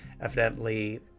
evidently